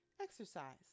exercise